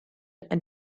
and